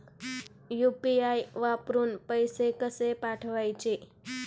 UPI वरून पैसे कसे पाठवायचे?